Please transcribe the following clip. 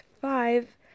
five